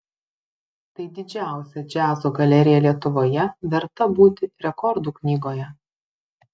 tai didžiausia džiazo galerija lietuvoje verta būti rekordų knygoje